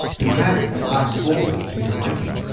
you have it at last folded to your liking,